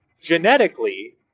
genetically